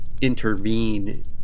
intervene